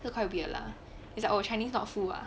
so quite weird lah oh chinese not full ah